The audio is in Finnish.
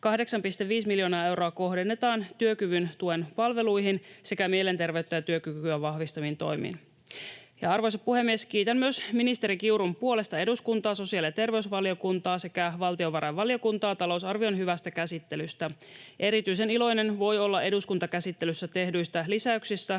8,5 miljoonaa euroa kohdennetaan työkyvyn tuen palveluihin sekä mielenterveyttä ja työkykyä vahvistaviin toimiin. Arvoisa puhemies! Kiitän myös ministeri Kiurun puolesta eduskuntaa, sosiaali- ja terveysvaliokuntaa sekä valtiovarainvaliokuntaa talousarvion hyvästä käsittelystä. Erityisen iloinen voi olla eduskuntakäsittelyssä tehdyistä lisäyksistä